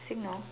signal